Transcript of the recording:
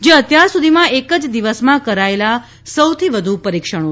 જે અત્યાર સુધીમાં એક જ દિવસમાં કરાયેલા સૌથી વધુ પરિક્ષણો છે